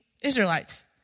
Israelites